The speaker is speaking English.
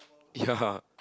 ya